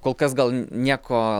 kol kas gal nieko